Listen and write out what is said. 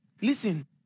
Listen